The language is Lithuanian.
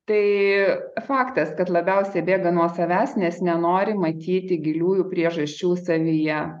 tai faktas kad labiausiai bėga nuo savęs nes nenori matyti giliųjų priežasčių savyje